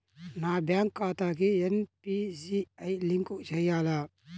నా బ్యాంక్ ఖాతాకి NPCI link చేయాలా?